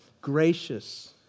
Gracious